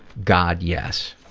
god, yes.